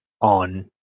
on